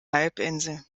halbinsel